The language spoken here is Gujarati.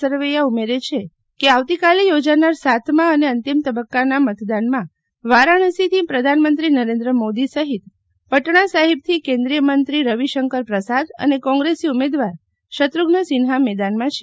સરવૈયા અને શીતલ વૈશ્વવ ઉમેરે છે કે આવતીકાલે યોજાનાર સાતમી અને અંતિમ તબ્બકાના મતદાન માં વારાણસી થી પ્રધાનમંત્રી નરેન્દ્ર મોદી સફીત પટણા સફીતથી કેન્દ્રીયમંત્રી રવિશંકર પ્રસાદ અને કોગ્રેશી ઉમેદવાર સત્રુઝ્ન સિન્હા મેદાન માં છે